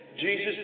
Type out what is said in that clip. Jesus